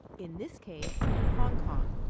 in this case, hong kong.